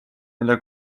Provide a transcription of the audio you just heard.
mille